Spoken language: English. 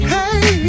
Hey